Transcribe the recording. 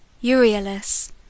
Euryalus